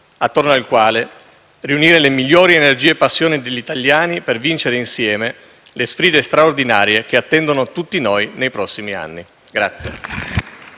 attorno al quale riunire le migliori energie e passioni degli italiani, per vincere insieme le sfide straordinarie che attendono tutti noi nei prossimi anni.